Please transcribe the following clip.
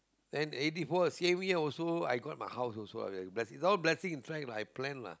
then eighty four same year also I got my house also ah bless it's all blessing in track lah I plan lah